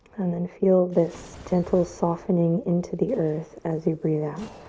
and then feel this gentle softening into the earth as you breathe out.